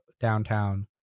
downtown